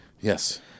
Yes